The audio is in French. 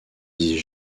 dis